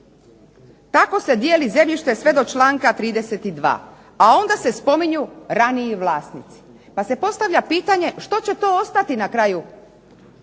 Tako se dijeli zemljište sve do članka 32., a onda se spominju raniji vlasnici pa se postavlja pitanje što će to ostati na kraju